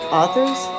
authors